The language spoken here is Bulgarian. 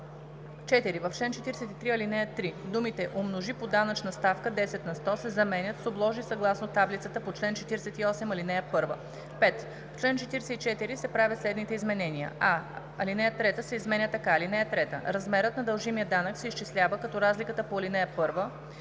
4. В чл. 43, ал. 3 думите „умножи по данъчна ставка 10 на сто“ се заменят с „обложи съгласно таблицата по чл. 48, ал. 1“. 5. В чл. 44 се правят следните изменения: а) ал. 3 се изменя така: „(3) Размерът на дължимия данък се изчислява, като разликата по ал. 1